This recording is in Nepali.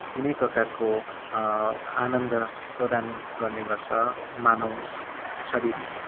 तिनै प्रकारको आनन्द प्रदान गर्नेगर्छ मानव शरीरलाई